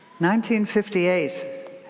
1958